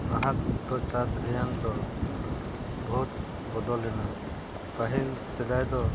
ᱱᱟᱦᱟᱜ ᱚᱠᱛᱚ ᱪᱟᱥ ᱨᱮᱭᱟᱝ ᱫᱚ ᱵᱚᱦᱩᱛ ᱵᱚᱫᱚᱞᱮᱱᱟ ᱯᱟᱹᱦᱤᱞ ᱥᱮᱫᱟᱭ ᱫᱚ